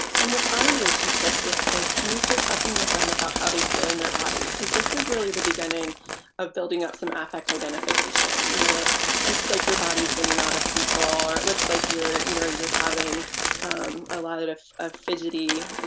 and with our relationships with kids can we start talking with them about how they feel in their body because this is really the beginning of building up some effect identification. you know it looks like your body is getting out of control or it looks like you're you know you're having a lot of of fidgety,